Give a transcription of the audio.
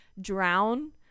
Drown